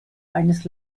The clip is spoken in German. eines